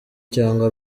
cyangwa